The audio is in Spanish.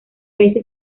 veces